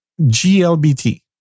GLBT